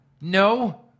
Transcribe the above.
No